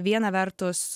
viena vertus